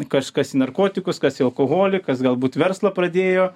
kažkas į narkotikus kas į alkoholį kas galbūt verslą pradėjo